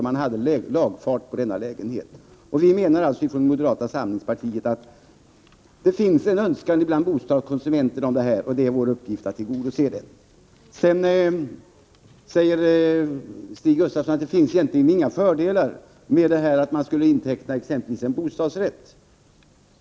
Vi från moderata samlingspartiet menar alltså att det finns en önskan i den här riktningen bland bostadskonsumenterna och att det är en uppgift för oss politiker att tillgodose deras önskemål. Vidare säger Stig Gustafsson att det egentligen inte finns några fördelar med att inteckna exempelvis en bostadsrätt.